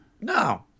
No